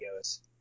videos